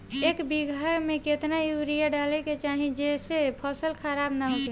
एक बीघा में केतना यूरिया डाले के चाहि जेसे फसल खराब ना होख?